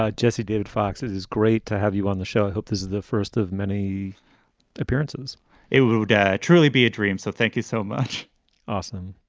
ah jessie david fox, it is great to have you on the show. i hope this is the first of many appearances it would would ah truly be a dream. so thank you so much awesome